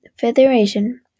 Federation